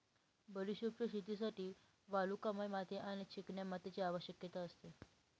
बडिशोपच्या शेतीसाठी वालुकामय माती आणि चिकन्या मातीची आवश्यकता असते